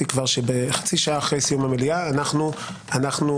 חצי שעה אחרי סיום המליאה אנחנו חוזרים.